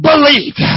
Believe